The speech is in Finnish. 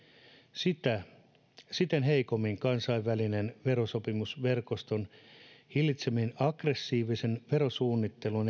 sitä heikommin kansainvälinen verosopimusverkosto hillitsee aggressiivista verosuunnittelua